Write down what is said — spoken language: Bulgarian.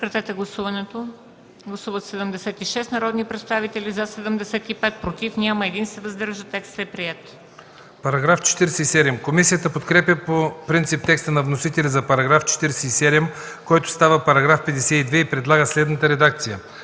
Параграф 54. Комисията подкрепя по принцип текста на вносителя за § 54, който става § 60 и предлага следната редакция: